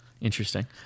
interesting